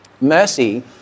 mercy